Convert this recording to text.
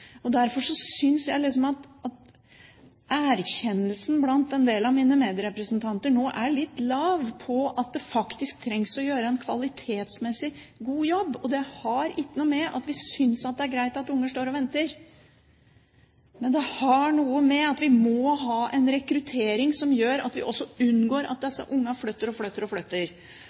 Derfor syns jeg at erkjennelsen blant en del av mine medrepresentanter nå er litt lav når det gjelder å gjøre en kvalitetsmessig god jobb. Det har ikke noe å gjøre med at vi syns det er greit at barn står og venter, men det har å gjøre med at vi må ha en rekruttering som gjør at vi også unngår at disse barna flytter og flytter.